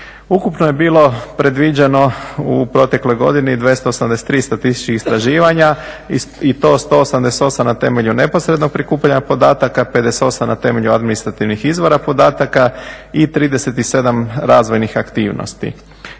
Ukupno je bilo predviđeno u protekloj godini 283 statističkih istraživanja i to 188 na temelju neposrednog prikupljanja podataka, 58 na temelju administrativnih izvora podataka i 37 razvojnih aktivnosti.